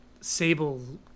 Sable